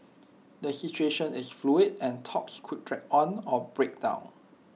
the situation is fluid and talks could drag on or break down